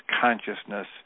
consciousness